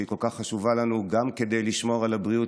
שהיא כל כך חשובה לנו גם כדי לשמור על הבריאות